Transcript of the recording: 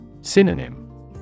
Synonym